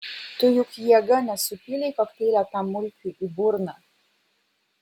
tu juk jėga nesupylei kokteilio tam mulkiui į burną